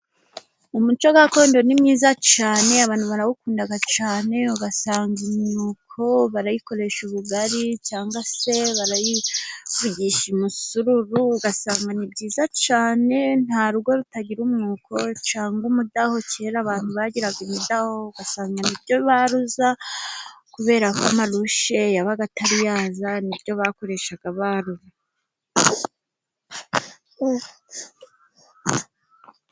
Umuco gakondo ni mwiza cyane abantu barawukunda cyane, ugasanga imyuko barayikoresha ubugari cyangwa se barayivugisha umusururu, ugasa ni byiza cyane. Nta rugo rutagira umwuko cyangwa umudaho. Kera abantu bagira imidaho ugasanga ni yo baruza, kubera ko amarushe yabaga atari yaza, ni yo bakoreshaga barura.